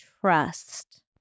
Trust